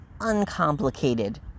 uncomplicated